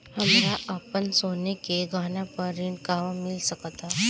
हमरा अपन सोने के गहना पर ऋण कहां मिल सकता?